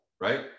right